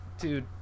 Dude